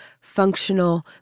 functional